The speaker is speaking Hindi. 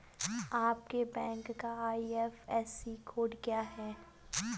आपके बैंक का आई.एफ.एस.सी कोड क्या है?